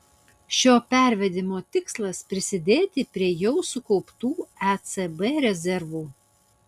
šio pervedimo tikslas prisidėti prie jau sukauptų ecb rezervų